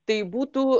tai būtų